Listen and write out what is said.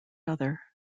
other